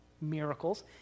miracles